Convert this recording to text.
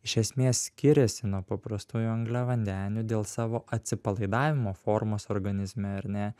iš esmės skiriasi nuo paprastųjų angliavandenių dėl savo atsipalaidavimo formos organizme ar ne